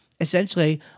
Essentially